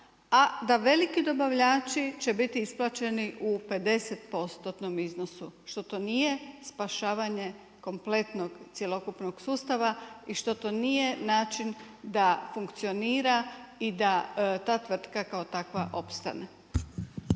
a da veliki dobavljači će biti isplaćeni u pedeset postotnom iznosu, što to nije spašavanje kompletnog cjelokupnog sustava i što nije način da funkcionira i da tvrtka kao takva opstane?